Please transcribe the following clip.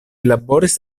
laboris